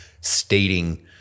stating